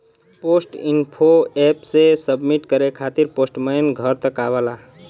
post info app से submit करे खातिर पोस्टमैन घर तक आवला